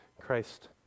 Christ